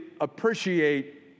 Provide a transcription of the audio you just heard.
appreciate